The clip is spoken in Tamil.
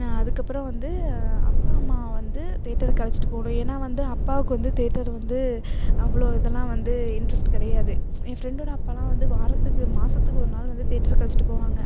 அதுக்கப்பறம் வந்து அப்பா அம்மாவை வந்து தேட்டருக்கு அழைச்சிட்டு போகணும் ஏன்னா வந்து அப்பாவுக்கு வந்து தேட்டர் வந்து அவ்வளோ இதெல்லாம் வந்து இன்ட்ரஸ்ட் கிடையாது ஏன் ஃப்ரெண்டோட அப்பாலாம் வந்து வாரத்துக்கு மாதத்துக்கு ஒரு நாள் வந்து தேட்டருக்கு அழைச்சிட்டு போவாங்க